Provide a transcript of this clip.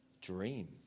dream